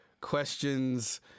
questions